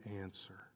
answer